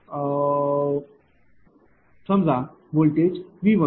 उदाहरणार्थ सिरीज कॅपेसिटरशिवाय समजा व्होल्टेज V1होते